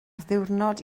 ddiwrnod